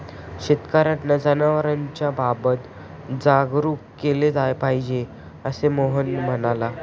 शेतकर्यांना जनावरांच्या आरोग्याबाबत जागरूक केले पाहिजे, असे मोहन म्हणाला